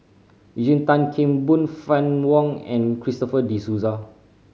Eugene Tan Kheng Boon Fann Wong and Christopher De Souza